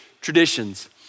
traditions